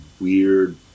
weird